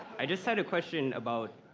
i just had a question about,